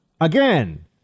Again